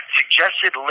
suggested